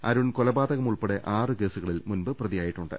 അരുൺ കൊലപാതകമുൾപ്പെടെ ആറു കേസുകളിൽ മുൻപ് പ്രതിയായിട്ടുണ്ട്